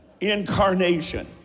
Incarnation